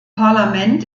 parlament